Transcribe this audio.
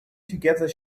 together